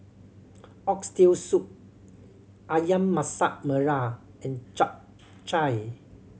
Oxtail Soup Ayam Masak Merah and Chap Chai